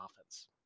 offense